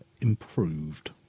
improved